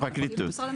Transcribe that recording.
הפרקליטות.